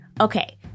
Okay